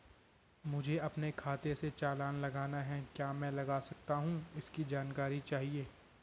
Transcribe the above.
मुझे अपने खाते से चालान लगाना है क्या मैं लगा सकता हूँ इसकी जानकारी चाहिए?